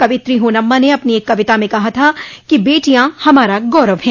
कवियत्री होनम्मा ने अपनी एक कविता में कहा था कि बेटियां हमारा गौरव हैं